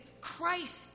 Christ